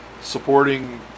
supporting